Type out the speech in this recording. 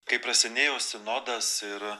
kai prasidėjo sinodas ir